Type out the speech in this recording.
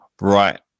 right